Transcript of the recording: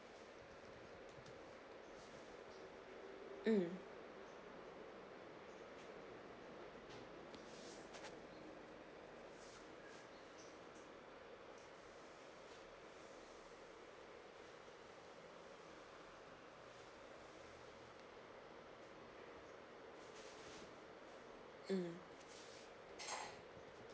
mm